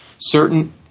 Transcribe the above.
Certain